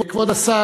כבוד השר,